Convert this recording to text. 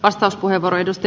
arvon puhemies